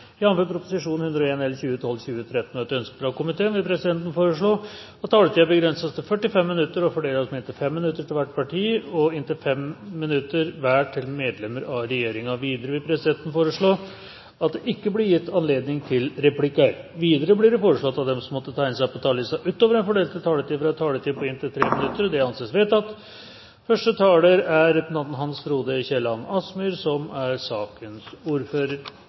massiv proposisjon som komiteen fikk, og jeg er imponert over hvordan saksordføreren la fram saken på en ryddig og grei måte. Flere har ikke bedt om ordet til sak 10. Etter ønske fra komiteen vil presidenten foreslå at taletiden begrenses til 45 minutter og fordeles med inntil 5 minutter til hvert parti og inntil 5 minutter til medlemmer av regjeringen. Videre vil presidenten foreslå at det ikke blir gitt anledning til replikker. Videre blir det foreslått at de som måtte tegne seg på talerlisten utover den fordelte taletid, får en taletid på inntil 3 minutter. – Det ansees vedtatt. Det er kriminalomsorgen som